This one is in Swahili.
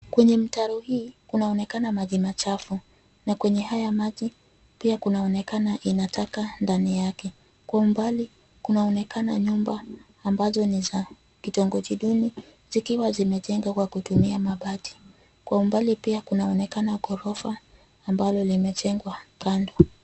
Kwenye mtaro huu, kunaonekana maji machafu na kwenye haya maji pia kunaonekana ina taka ndani yake. Kwa umbali kunaonekana nyumba ambazo ni za kitongoji duni zikiwa zimejengwa kwa kutumia mabati. Kwa umbali pia kunaonekana ghorofa ambalo limejengwa kando.